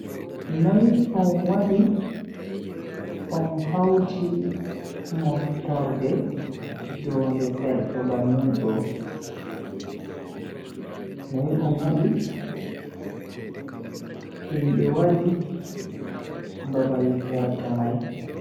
No on wadi on hauti moftorde jonde ferto bannin do? Noi on wadi himbe wari babal ferto mai?